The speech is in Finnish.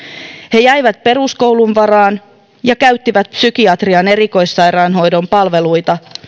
he jäivät peruskoulun varaan ja käyttivät psykiatrian erikoissairaanhoidon palveluita